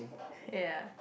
ya